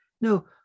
no